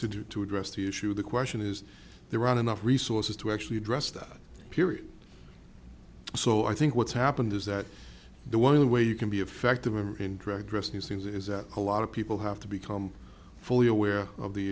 do to address the issue the question is there aren't enough resources to actually address that period so i think what's happened is that the one of the way you can be a factor in drag rescue scenes is that a lot of people have to become fully aware of the